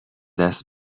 دست